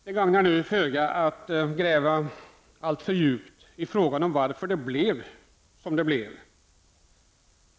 Det gagnar nu föga att gräva alltför djupt när det gäller varför det blev som det blev.